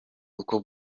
ukwo